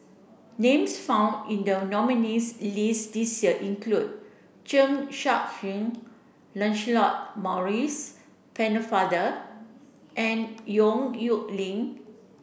names found in the nominees' list this year include Chen Sucheng Lancelot Maurice Pennefather and Yong Nyuk Lin